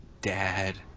Dad